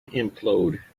implode